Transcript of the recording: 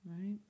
right